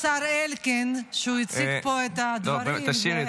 אלקין שהציג פה את הדברים,